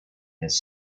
his